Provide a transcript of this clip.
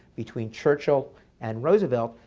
between churchill and roosevelt,